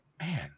man